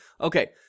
Okay